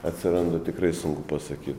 atsiranda tikrai sunku pasakyt